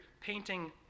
painting